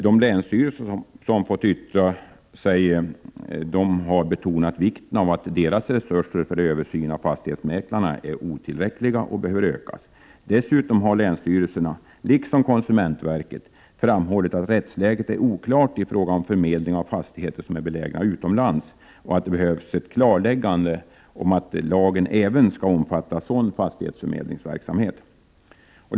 De länsstyrelser som fått tillfälle att yttra sig har betonat att deras resurser för tillsyn av fastighetsmäklarna är otillräckliga och behöver ökas. Dessutom har länsstyrelserna, liksom konsumentverket, framhållit att rättsläget är oklart i fråga om förmedling av fastigheter som är belägna utomlands och att det behövs ett klarläggande om att lagen även skall omfatta sådan fastighetsförmedlingsverksamhet.